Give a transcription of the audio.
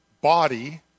body